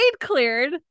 cleared